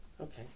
Okay